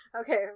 Okay